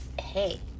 hey